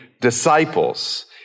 disciples